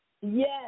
Yes